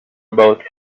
about